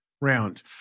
Round